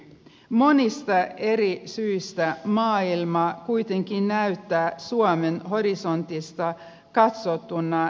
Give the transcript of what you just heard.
monista eri syistä maailma kuitenkin näyttää suomen horisontista katsottuna erilaiselta